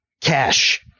cash